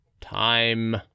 Time